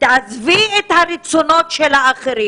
תעזבי את הרצונות של האחרים.